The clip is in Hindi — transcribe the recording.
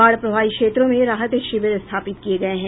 बाढ़ प्रभावित क्षेत्रों में राहत शिविर स्थापित किये गये हैं